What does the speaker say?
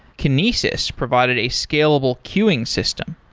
kinesis provided a scalable queuing system.